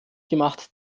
gemacht